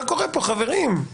מה קורה פה, חברים?